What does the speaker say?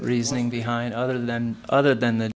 reasoning behind other than other than that